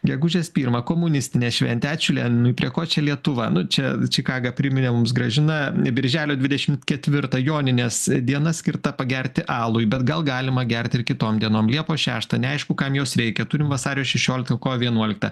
gegužės pirmą komunistinė šventė ačiū leninui prie ko čia lietuva nu čia čikagą priminiau mums grąžina ne birželio dvidešimt ketvirtą jonines diena skirta pagerti alui bet gal galima gerti ir kitom dienom liepos šeštą neaišku kam jos reikia turim vasario šešioliktą vienuoliktą